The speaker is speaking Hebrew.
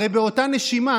הרי באותה נשימה